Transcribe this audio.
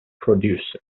producer